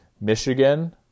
Michigan